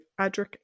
Adric